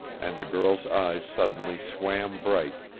and the girl's eyes suddenly swam bright,